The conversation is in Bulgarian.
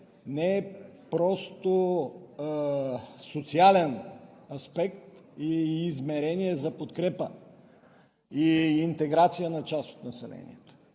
не просто социален аспект и измерение за подкрепа и интеграция на част от населението.